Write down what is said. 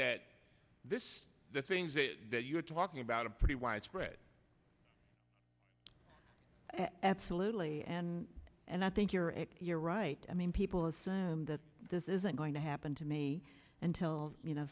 that this the things that you're talking about a pretty widespread absolutely and and i think you're you're right i mean people say that this isn't going to happen to me until you know